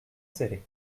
céré